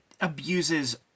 abuses